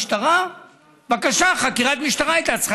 לפי דעתי הוא למוחרת היה צריך